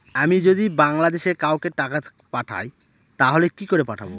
আমি যদি বাংলাদেশে কাউকে টাকা পাঠাই তাহলে কি করে পাঠাবো?